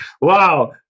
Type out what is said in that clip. Wow